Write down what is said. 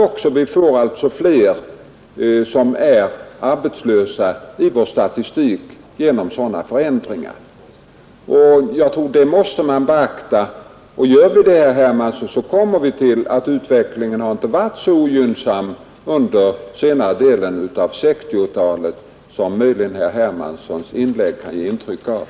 Men sådana saker återspeglar sig i statistiken; vi får flera arbetslösa genom sådana förändringar. Jag tror att man måste beakta detta. Gör vi det, kommer vi fram till att utvecklingen inte varit så ogynnsam under senare delen av 1960-talet som herr Hermanssons inlägg kan ge intryck av.